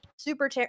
Super